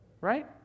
right